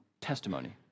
testimony